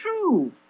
true